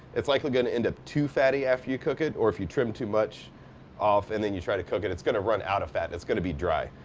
it's likely gonna end up too fatty after you cook it, or if you trim too much off, and then you try to cook it it's gonna run out of fat, and it's gonna be dry.